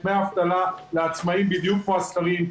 דמי אבטלה לעצמאים בדיוק כמו לשכירים.